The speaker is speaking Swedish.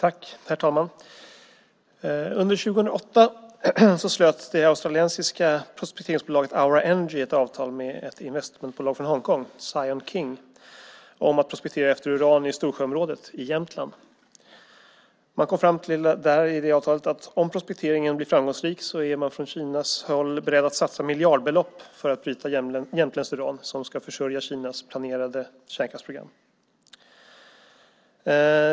Herr talman! Under 2008 slöt det australiska prospekteringsbolaget Aura Energy ett avtal med ett investmentbolag från Hongkong, Sion King, om att prospektera efter uran i Storsjöområdet i Jämtland. Man kom i det avtalet fram till att man från Kinas håll, om prospekteringen blir framgångsrik, är beredd att satsa miljardbelopp för att bryta jämtländskt uran som ska försörja Kinas planerade kärnkraftsprogram.